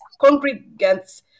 congregants